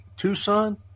tucson